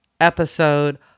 episode